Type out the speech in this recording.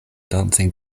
dancing